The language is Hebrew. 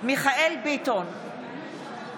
מיכאל מרדכי ביטון,